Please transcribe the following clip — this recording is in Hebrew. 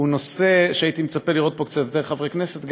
הוא נושא שהייתי מצפה לראות פה קצת יותר חברי כנסת,